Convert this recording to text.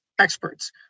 experts